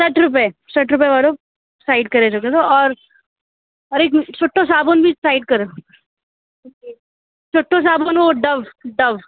सठ रुपए सठ रुपए वारो साइड करे रखदो और अरे हिक सुठो साबुण बि साइड कयो सुठो साबुण हो डव डव